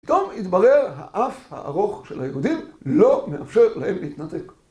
פתאום התברר האף הארוך של היהודים לא מאפשר להם להתנתק.